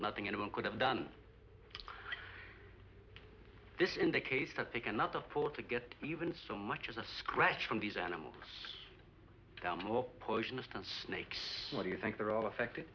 nothing anyone could have done this indicates that they cannot afford to get even so much as a scratch from these animals down low potions and snakes do you think they're all affected